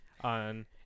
on